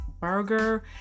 burger